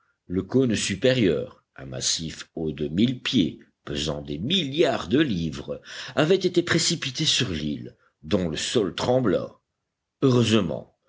le cône supérieur un massif haut de mille pieds pesant des milliards de livres avait été précipité sur l'île dont le sol trembla heureusement